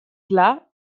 pla